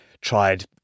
tried